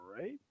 right